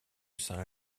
saint